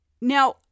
Now